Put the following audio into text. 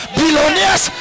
billionaires